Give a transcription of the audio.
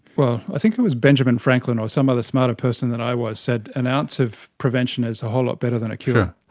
but i think it was benjamin franklin or some other smarter person than i am said an ounce of prevention is a whole lot better than cure.